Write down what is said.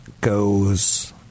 goes